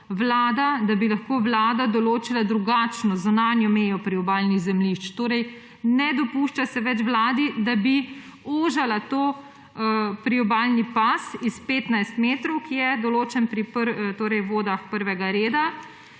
da lahko Vlada določila drugačno zunanjo mejo priobalnih zemljišč, torej ne dopušča se več Vladi, da bi ožila priobalni pas s 15 metrov, ki je določen pri vodah prvega reda,